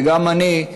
וגם אני,